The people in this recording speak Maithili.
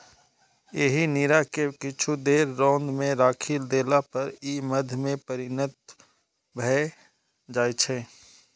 एहि नीरा कें किछु देर रौद मे राखि देला पर ई मद्य मे परिणत भए जाइ छै